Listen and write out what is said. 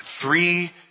three